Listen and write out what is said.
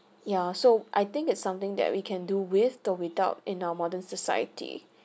ya so I think it's something that we can do with or without in our modern society